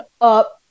up